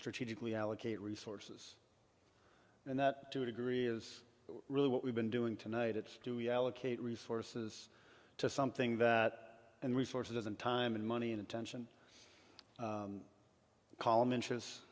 strategically allocate resources and that to a degree is really what we've been doing tonight it's do we allocate resources to something that and resources and time and money and attention column inches